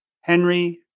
Henry